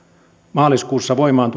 maaliskuussa voimaan